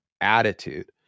attitude